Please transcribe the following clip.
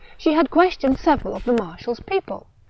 she had ques tioned several of the marshal's people,